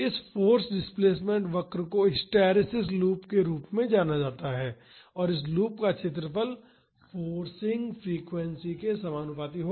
इस force displacement वक्र को हिस्टैरिसीस लूप के रूप में भी जाना जाता है और इस लूप का क्षेत्रफल फोर्सिंग फ्रीक्वेंसी के समानुपाती होगा